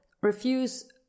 refuse